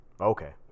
Okay